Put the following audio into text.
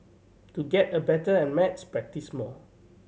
to get a better at maths practise more